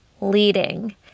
leading